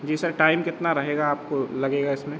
जी sir time कितना रहेगा आपको लगेगा इसमें